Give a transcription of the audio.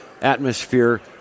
atmosphere